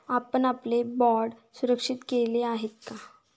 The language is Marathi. आपण आपले बाँड सुरक्षित केले आहेत का?